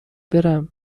برم